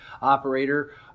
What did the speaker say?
operator